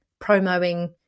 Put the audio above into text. promoing